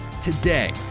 Today